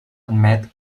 admet